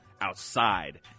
outside